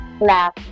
laugh